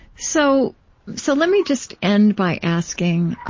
so so let me just end by asking